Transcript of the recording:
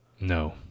No